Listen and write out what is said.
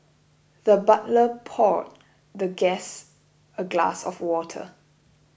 the butler poured the guest a glass of water